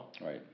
Right